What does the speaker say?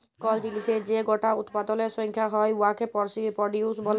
call জিলিসের যে গটা উৎপাদলের সংখ্যা হ্যয় উয়াকে পরডিউস ব্যলে